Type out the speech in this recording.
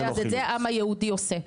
אז את זה העם היהודי עושה.